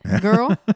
girl